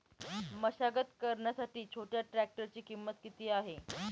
मशागत करण्यासाठी छोट्या ट्रॅक्टरची किंमत किती आहे?